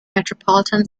metropolitan